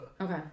Okay